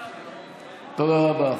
תודה רבה.